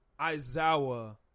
aizawa